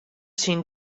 syn